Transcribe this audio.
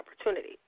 opportunity